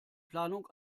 planung